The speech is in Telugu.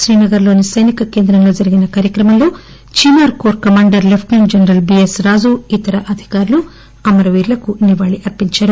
శ్రీనగర్లోని సైనిక కేంద్రంలో జరిగిన కార్యక్రమంలో Chinar corps commander lieutenant general BS Raju ఇతర అధికారులు అమరవీరులకు నివాళి అర్సించారు